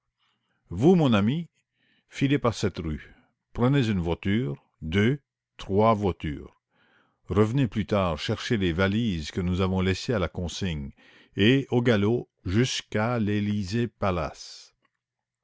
vous mon ami filez par cette rue prenez une voiture deux trois voitures revenez plus tard chercher les valises que nous avons laissées à la consigne et au galop jusqu'à